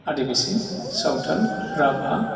Adivasi Santhal Rabha